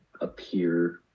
appear